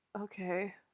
Okay